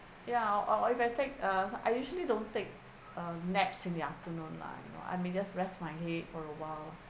ya or or if I take uh I usually don't take naps in the afternoon lah I may just rest my head for a while